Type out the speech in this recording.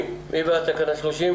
מי בעד אישור תקנה 30?